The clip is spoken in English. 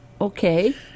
Okay